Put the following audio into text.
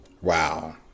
Wow